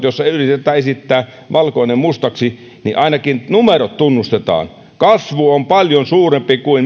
joissa yritetään esittää valkoinen mustaksi ainakin numerot tunnustetaan kasvu on paljon suurempaa kuin